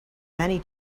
many